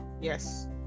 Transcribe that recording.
yes